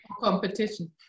competition